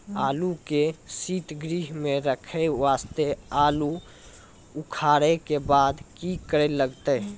आलू के सीतगृह मे रखे वास्ते आलू उखारे के बाद की करे लगतै?